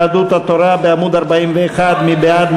יהדות התורה, בעמוד 41, מי בעד?